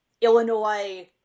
Illinois